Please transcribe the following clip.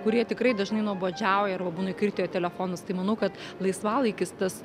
kurie tikrai dažnai nuobodžiauja arba būna įkritę telefonus tai manau kad laisvalaikis tas